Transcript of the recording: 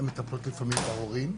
הן מטפלות לפעמים בהורים,